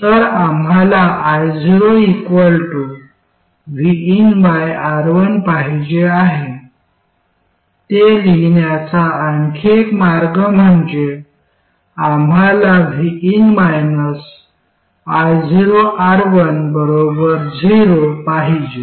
तर आम्हाला iovinR1 पाहिजे आहे ते लिहिण्याचा आणखी एक मार्ग म्हणजे आम्हाला vin ioR1 0 पाहिजे